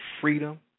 freedom